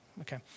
Okay